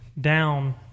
down